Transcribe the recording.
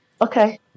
Okay